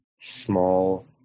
small